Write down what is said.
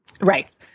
right